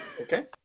Okay